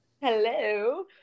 Hello